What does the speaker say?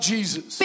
Jesus